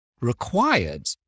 required